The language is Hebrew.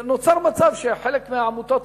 נוצר מצב שחלק מהעמותות האלה,